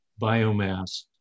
biomass